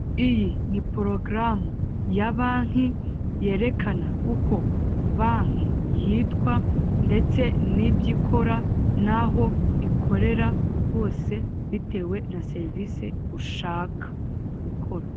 Iyi ni porogaramu ya banki yaerekana uko banki yitwa ndetse n'ibyo ikora naho ikorera hose bitewe na serivise ushaka gukora.